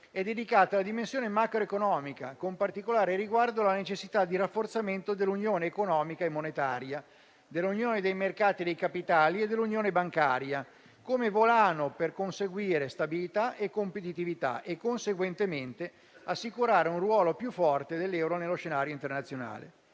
è dedicata alla dimensione macroeconomica, con particolare riguardo alla necessità di rafforzamento dell'unione economica e monetaria, dell'unione dei mercati e dei capitali e dell'unione bancaria, come volano per conseguire stabilità e competitività e, conseguentemente, assicurare un ruolo più forte dell'euro nello scenario internazionale.